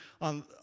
on